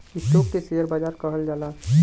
stock के share बाजार कहल जाला